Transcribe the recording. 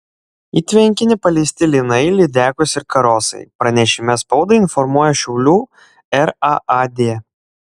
į tvenkinį paleisti lynai lydekos ir karosai pranešime spaudai informuoja šiaulių raad